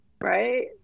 Right